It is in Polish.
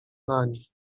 nań